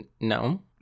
no